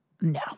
No